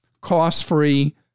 cost-free